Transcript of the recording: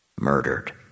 murdered